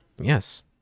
Yes